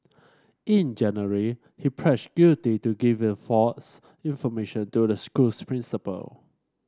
in January he guilty to giving false information to the school's principal